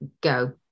go